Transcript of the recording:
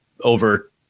over